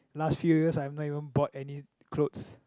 last few years I have not even bought any clothes